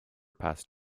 passed